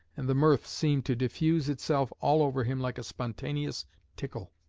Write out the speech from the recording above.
and the mirth seemed to diffuse itself all over him like a spontaneous tickle.